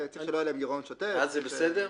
ואז זה בסדר?